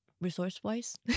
resource-wise